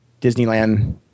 Disneyland